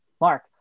Mark